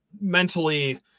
mentally